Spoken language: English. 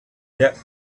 depth